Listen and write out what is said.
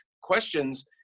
questions